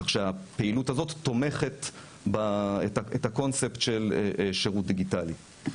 כך שהפעילות הזאת תומכת את הקונספט של שירות דיגיטלי.